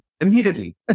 immediately